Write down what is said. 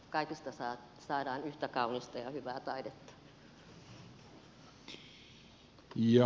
kaikista saadaan yhtä kaunista ja hyvää taidetta